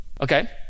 Okay